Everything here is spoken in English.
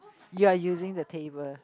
you're using the table